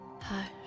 Hush